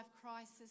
crisis